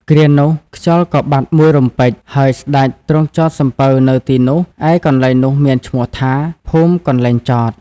គ្រានោះខ្យល់ក៏បាត់មួយរំពេច ហើយស្តេចទ្រង់ចតសំពៅនៅទីនោះ ឯកន្លែងនោះមានឈ្មោះថា ភូមិកន្លែងចត។